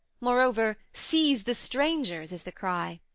moreover seize the strangers is the cry.